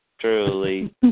Truly